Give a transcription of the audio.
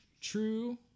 True